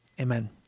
Amen